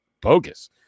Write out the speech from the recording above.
bogus